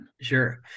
Sure